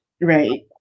Right